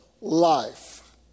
life